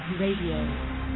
Radio